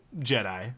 Jedi